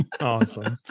Awesome